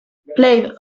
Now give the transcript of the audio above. played